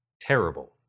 terrible